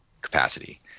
capacity